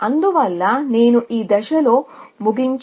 దీని ద్వారా ఇది సరైన పరిష్కారానికి హామీ ఇస్తుందని నా ఉద్దేశ్యం ముఖ్యంగా